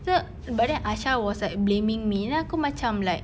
so but then aisha was like blaming me then aku macam like